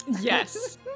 Yes